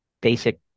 basic